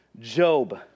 Job